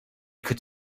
could